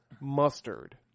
Mustard